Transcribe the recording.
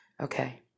Okay